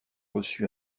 reçu